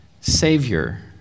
Savior